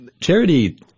Charity